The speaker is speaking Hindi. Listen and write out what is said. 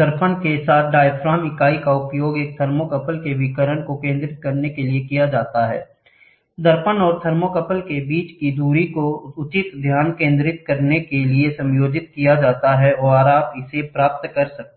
दर्पण के साथ डायाफ्राम इकाई का उपयोग एक थर्मोकपल के विकिरण को केंद्रित करने के लिए किया जाता है दर्पण और थर्मोकपल के बीच की दूरी को उचित ध्यान केंद्रित करने के लिए समायोजित किया जाता है और आप इसे प्राप्त करें